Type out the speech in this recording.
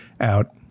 out